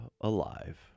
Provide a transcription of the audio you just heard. Alive